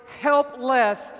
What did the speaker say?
helpless